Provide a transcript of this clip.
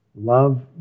love